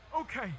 okay